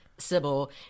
Sybil